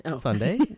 sunday